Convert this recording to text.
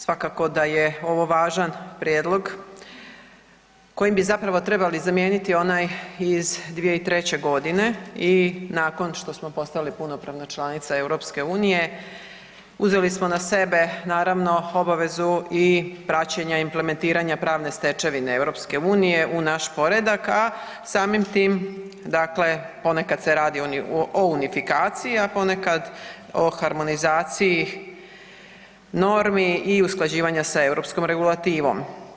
Svakako da je ovo važan prijedlog kojim bi zapravo trebali zamijeniti onaj iz 2003.g. i nakon što smo postali punopravna članica EU uzeli smo na sebe naravno obavezu i praćenja i implementiranja pravne stečevine EU u naš poredak, a samim tim, dakle ponekad se radi o unifikaciji, a ponekad o harmonizaciji normi i usklađivanja sa europskom regulativom.